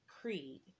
Creed